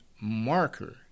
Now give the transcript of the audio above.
marker